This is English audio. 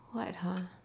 what ha